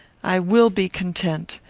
i will be content.